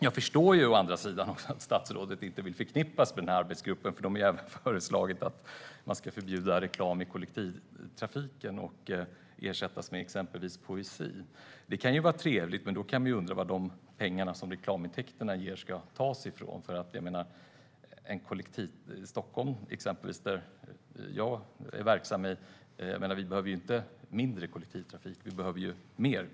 Jag förstår å andra sidan att statsrådet inte vill förknippas med arbetsgruppen. Den har även föreslagit att man ska förbjuda reklam i kollektivtrafiken och ersätta den med exempelvis poesi. Det kan vara trevligt. Men vi kan undra vad de pengar som reklamintäkterna ger ska tas ifrån. I exempelvis Stockholm, där jag är verksam, behöver vi inte mindre kollektivtrafik utan mer.